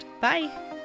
Bye